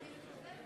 של קבוצת